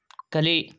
ಕಲಿ